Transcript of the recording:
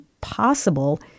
possible